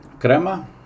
Crema